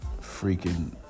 freaking